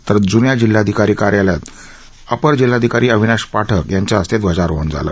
तर जून्या जिल्हाधिकारी र्यालयात अपर जिल्हाधिकारी अविनाश पाठक यांच्या हस्ते ध्वजारोहण झालं